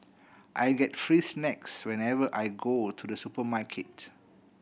I get free snacks whenever I go to the supermarket